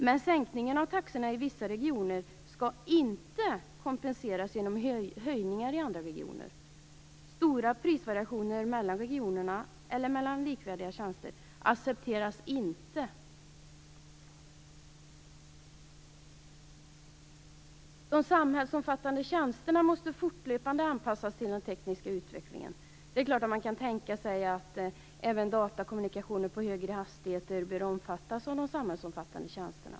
Men sänkningen av taxorna i vissa regioner skall inte kompenseras genom höjningar i andra regioner. Stora prisvariationer mellan regioner eller mellan likvärdiga tjänster accepteras inte. De samhällsomfattande tjänsterna måste fortlöpande anpassas till den tekniska utvecklingen. Det är klart att man kan tänka sig att även datakommunikation med högre hastigheter bör omfattas av de samhällsomfattande tjänsterna.